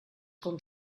com